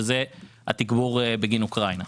שזה התגבור בגין אוקראינה.